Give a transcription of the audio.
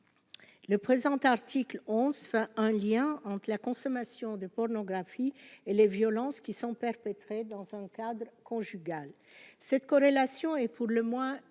Le présent article 11 un lien entre la consommation de pornographie et les violences qui sont perpétrés dans son cadre conjugal, cette corrélation est pour le moins